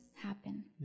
happen